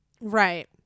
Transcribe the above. Right